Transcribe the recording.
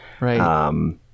Right